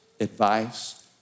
advice